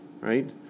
right